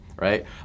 right